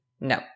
No